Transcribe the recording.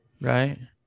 right